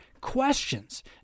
questions